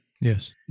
Yes